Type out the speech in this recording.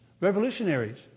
revolutionaries